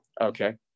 Okay